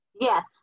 Yes